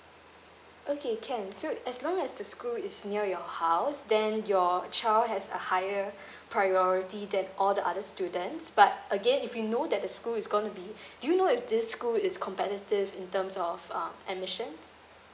okay can so as long as the school is near your house then your child has a higher priority than all the other students but again if you know that the school is going to be do you know if this school is competitive in terms of um admissions